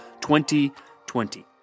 2020